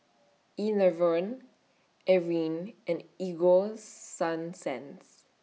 Enervon Avene and Ego Sunsense